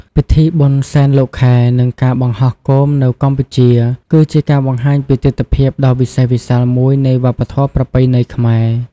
ពិធីបុណ្យសែនលោកខែ និងការបង្ហោះគោមនៅកម្ពុជា គឺជាការបង្ហាញពីទិដ្ឋភាពដ៏វិសេសវិសាលមួយនៃវប្បធម៌ប្រពៃណីខ្មែរ។